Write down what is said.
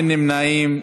אין נמנעים,